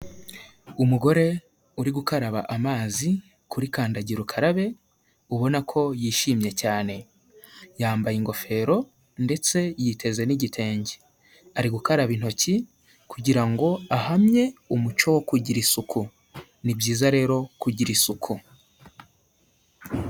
Umugore uri gukaraba amazi kuri kandagira ukarabe, ubona ko yishimye cyane. Yambaye ingofero ndetse yiteze n'igitenge, ari gukaraba intoki kugira ngo ahamye umuco wo kugira isuku. Ni byiza rero kugira isuku.